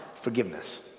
forgiveness